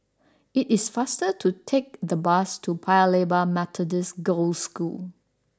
it is faster to take the bus to Paya Lebar Methodist Girls' School